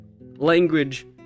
language